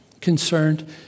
concerned